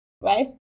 Right